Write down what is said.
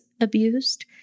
abused